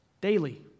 daily